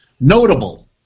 notable